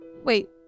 Wait